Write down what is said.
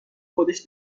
خودش